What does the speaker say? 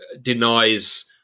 denies